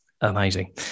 amazing